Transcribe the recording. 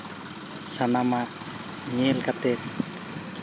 ᱥᱟᱱᱟᱢᱟᱜ ᱧᱮᱞ ᱠᱟᱛᱮ